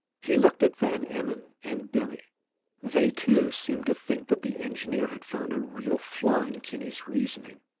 he looked at van emmon and billie they, too, seemed to think that the engineer had found a real flaw in kinney's reasoning.